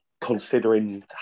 considering